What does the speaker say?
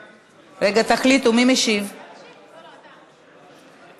ותודה לחברי ועדת שרים שאישרו את ההצעה החשובה הזאת.